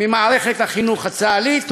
מפריעים לך?